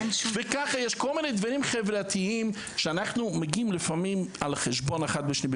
יש כל מיני דברים חברתיים שאנחנו מגיעים לפעמים על חשבון אחד לשני.